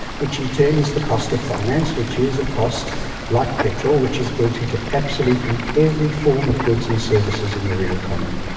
which in turn is the cost of finance, which is a cost like petrol, which is built into absolutely every form of goods and services in the real economy.